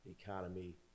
economy